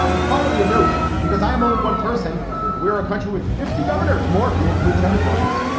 and finally, a note, because i am only one person and we are a country with fifty governors, more if you include territories.